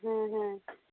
হ্যাঁ হ্যাঁ